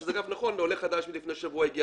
וזה נכון לגבי עולה חדש שלפני שבוע הגיע